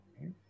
okay